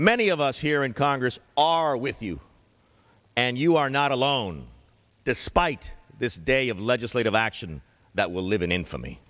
many of us here in congress are with you and you are not alone despite this day of legislative action that will live in infamy